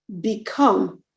become